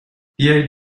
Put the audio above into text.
بیاید